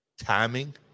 timing